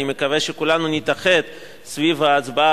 ואני מקווה שכולנו נתאחד סביב ההצבעה